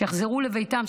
שיחזרו לביתם,